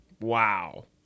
Wow